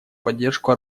поддержку